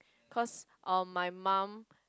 cause uh my mum